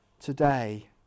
today